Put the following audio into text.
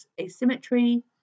asymmetry